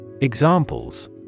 Examples